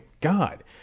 God